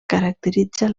caracteritza